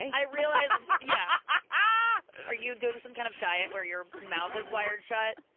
i realize yeah, ah are you doing some kind of diet where your mouth is wired shut?